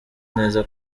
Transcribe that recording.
neza